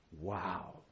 Wow